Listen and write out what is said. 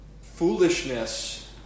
foolishness